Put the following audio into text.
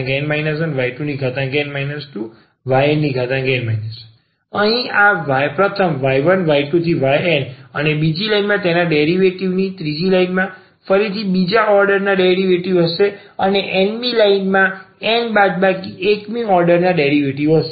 તેથી અહીં પ્રથમ આ y1 y2 ynઅને બીજી લાઈનમાં તેમના ડેરિવેટિવ્ઝની ત્રીજી લાઈનમાં ફરીથી બીજી ઓર્ડર ના ડેરિવેટિવ હશે અને આ n મી પંક્તિમાં n બાદબાકી 1 મી ઓર્ડર ડેરિવેટિવ્ઝ હશે